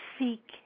Seek